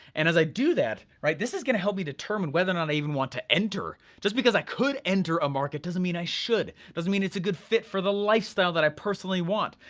and as i do that, right, this is gonna help me determine whether or not i even want to enter. just because i could enter a market, doesn't mean i should, doesn't mean it's a good fit for the lifestyle that i personally want,